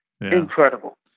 Incredible